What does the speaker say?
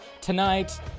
tonight